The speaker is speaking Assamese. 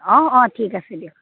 অ' অ' ঠিক আছে দিয়ক